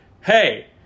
hey